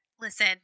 Listen